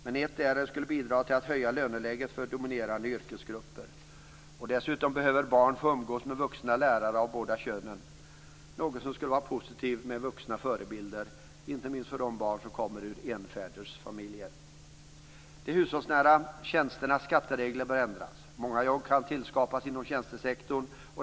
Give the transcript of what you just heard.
Men ett är att det skulle bidra till att höja löneläget för dominerade yrkesgrupper. Dessutom behöver barn få umgås med vuxna lärare av båda könen, något som måste vara positivt när det gäller vuxna förebilder, inte minst för de barn som kommer ur enföräldersfamiljer. De hushållsnära tjänsternas skatteregler bör ändras. Många jobb kan tillskapas inom tjänstesektorn.